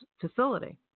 facility